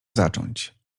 zacząć